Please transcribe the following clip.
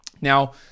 Now